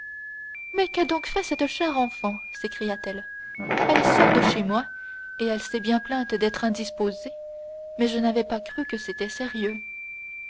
mais qu'a donc fait cette chère enfant s'écria-t-elle elle sort de chez moi et elle s'est bien plainte d'être indisposée mais je n'avais pas cru que c'était sérieux